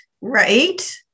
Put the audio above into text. right